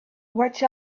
watch